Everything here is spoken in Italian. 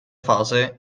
fase